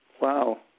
Wow